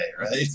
right